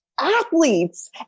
athletes